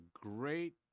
great